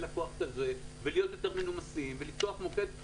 לקוח כזה ולהיות יותר מנומסים ולפתוח מוקד,